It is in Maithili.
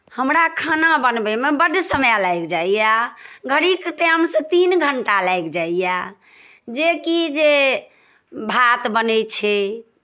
हमरा खाना बनबैमे बड्ड समय लागि जाइए घड़ीके टेमसँ तीन घण्टा लागि जाइए जेकि जे भात बनै छै